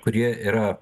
kurie yra